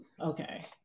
Okay